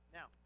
Now